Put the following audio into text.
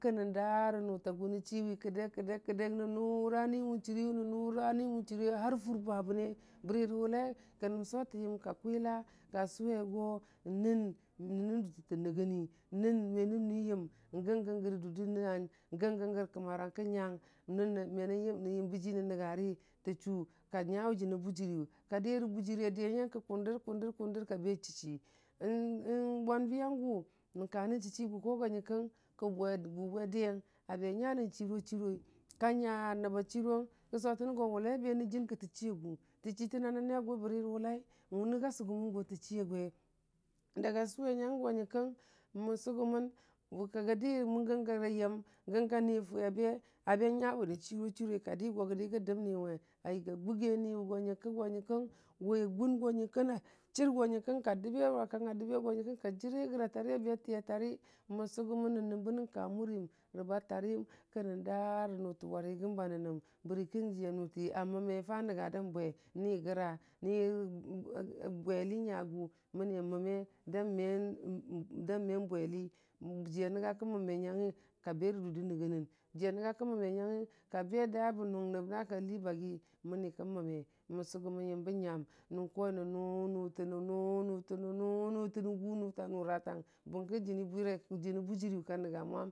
Kənə da rə nute a gʊ nən chii wi kədek kədek kədek nən nʊra ni mən chʊri wə, nən nʊra ni mən chʊri wə fur bwabəne bərarə wʊlai kənən sotən yəm ka kwila, ka sʊwe go nən nənə durtətə nəgənni, nəm mə nən nui yəm gəgərə dur də nyan, ngə gəgərə kəma rang kə nyank, nən menə nənyambə ji nən nəngari tə chʊ ka nyawʊ nənə bujəriyʊ, ka dəyə rə bujəri a dəyə nyankə kʊndʊr kʊndʊr kʊndʊr kabe chi chii. Bwar bi a gʊn nənka nən chii guko go nyən kəng kə gʊ bwe dəyeng a bə nya nən chiro chiroi, ka nya nəbu chiron kə sʊtənə go wʊlai a bənənjən kətə chi agʊwung tə chutəne nəni a gʊ bəri rə wʊlai wʊna ga sugəmən ga tə chiyugwe sʊwe nyang ngo nyənkəng mən sʊgʊmən kəgədi, gə gərə yəm gəgə nifuwi a be, a be nyabən nən chiru chirui kadi go gədi gədəb ni we, a yiga gugki niwo go nyonkəng go nyənkəng wai ngʊn go nyənkəng na chərgo nyənkəng ka dəb wa kan adəbe gu nyənkəng ka jəre rəgaa tari a bə tiya tari, mən sʊgʊmən nan nənbə nə ka mʊriyəng rə bu tariyəng kənən darə nʊte warimyəm ba nənəm, bərarə ki jiya nʊti o məme nənga dan bwe, ni gəra ni bwel nyugʊ məni a məma dan ma bweli jəya nəngʊ ki məmme nyangi ka bə rə durdə nəgənəng, jəya nənga ki məme nyangi ka be da bə nʊng nəb da kali bagi məni kən məme, mən sʊgʊmən yəmbə nyam nən keyi nən nʊ nʊte, nən nʊ nʊte, nən nʊ nʊte, nən gʊ nʊtə nʊratang bərəki jini bwirai jana bujəriyʊ ka nənga mwam.